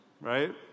Right